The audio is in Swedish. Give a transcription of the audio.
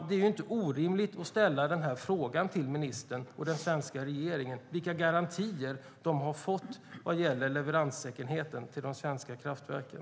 Det är alltså inte orimligt att ställa den här frågan till ministern och den svenska regeringen: Vilka garantier har man fått vad gäller leveranssäkerheten i fråga om de svenska kraftverken?